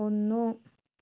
ഒന്ന്